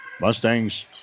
Mustangs